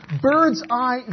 bird's-eye